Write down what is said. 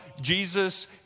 Jesus